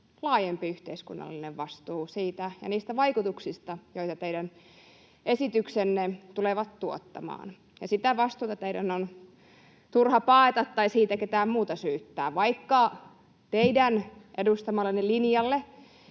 laajempi yhteiskunnallinen vastuu niistä vaikutuksista, joita teidän esityksenne tulevat tuottamaan. Ja sitä vastuuta teidän on turha paeta tai siitä ketään muuta syyttää. Vaikka teidän edustamallenne linjalle